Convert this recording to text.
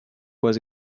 was